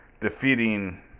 defeating